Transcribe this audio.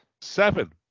Seven